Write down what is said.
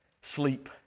sleep